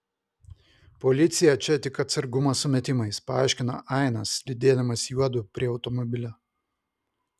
policija čia tik atsargumo sumetimais paaiškino ainas lydėdamas juodu prie automobilio